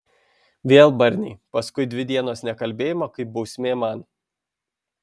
vėl barniai paskui dvi dienos nekalbėjimo kaip bausmė man